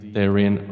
therein